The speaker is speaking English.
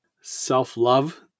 self-love